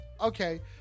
Okay